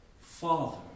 Father